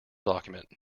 document